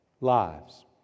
lives